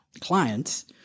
clients